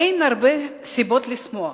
אין הרבה סיבות לשמוח,